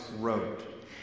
wrote